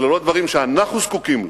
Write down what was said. אלה לא דברים שאנחנו זקוקים להם.